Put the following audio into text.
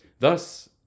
Thus